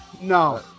No